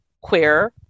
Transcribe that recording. queer